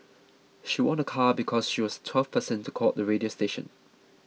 she won a car because she was the twelfth person to call the radio station